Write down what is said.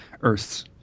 Earths